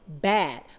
bad